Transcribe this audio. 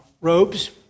robes